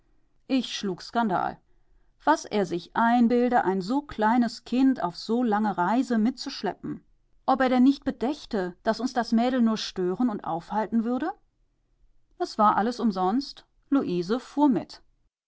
ich schlug skandal was er sich einbilde ein so kleines kind auf so lange reise mitzuschleppen ob er denn nicht bedächte daß uns das mädel nur stören und aufhalten würde es war alles umsonst